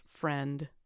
friend